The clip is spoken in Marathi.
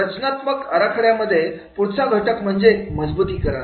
रचनात्मक आराखड्यामध्ये पुढचा घटक म्हणजे मजबुतीकरण